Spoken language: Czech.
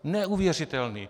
Neuvěřitelný!